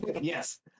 Yes